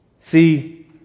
See